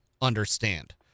understand